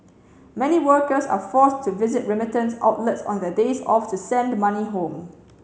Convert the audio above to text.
many workers are forced to visit remittance outlets on their days off to send money home